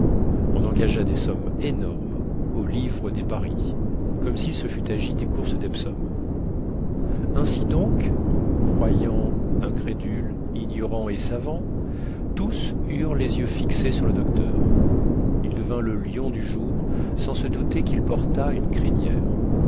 on engagea des sommes énormes au livre des paris comme s'il se fût agi des courses d'epsom ainsi donc croyants incrédules ignorants et savants tous eurent les yeux fixés sur le docteur il devint le lion du jour sans se douter qu'il portât une crinière